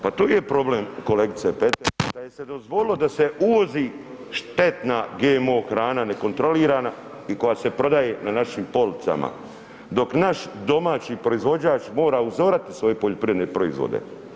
Pa to je problem kolegice ... pa je li se dozvolilo da se uvozi štetna GMO hrana nekontrolirana i koja se prodaje na našim policama dok naš domaći proizvođač mora uzorati svoje poljoprivredne proizvode.